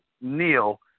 Neil